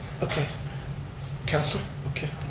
okay council, okay